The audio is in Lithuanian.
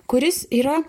kuris yra